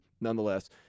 nonetheless –